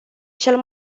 cel